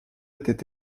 étaient